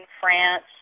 France